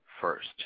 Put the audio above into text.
first